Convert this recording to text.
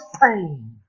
pain